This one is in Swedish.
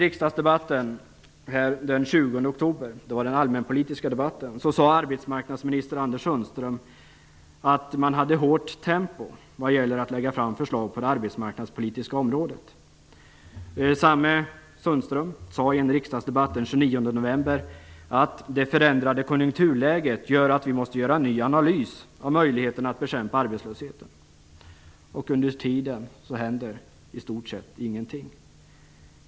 I den allmänpolitiska debatten den Sundström att man hade hårt tempo vad gäller att lägga fram förslag på det arbetsmarknadspolitiska området. Samme Sundström sade i en riksdagsdebatt den 29 november att "det förändrade konjunkturläget gör att vi måste göra en ny analys av möjligheterna att bekämpa arbetslösheten". Under tiden händer i stort sett ingenting.